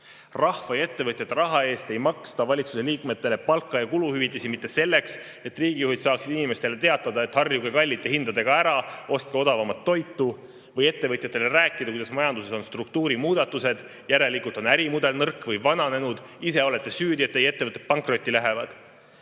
Rahva ja ettevõtjate raha eest ei maksta valitsuse liikmetele palka ja kuluhüvitisi mitte selleks, et riigijuhid saaksid inimestele teatada, et harjuge kallite hindadega ära, ostke odavamat toitu, või ettevõtjatele rääkida, kuidas majanduses on struktuurimuudatused, järelikult on ärimudel nõrk või vananenud, ise olete süüdi, et teie ettevõtted pankrotti lähevad.